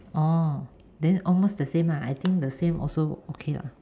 oh then almost the same ah I think the same also okay lah